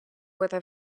буде